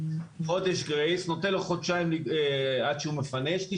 נותן לו חודשיים עד שהוא מפנה.